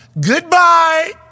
goodbye